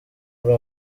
muri